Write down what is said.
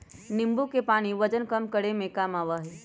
नींबू के पानी वजन कम करे में काम आवा हई